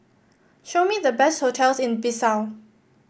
show me the best hotels in Bissau